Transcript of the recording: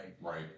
Right